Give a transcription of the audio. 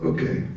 Okay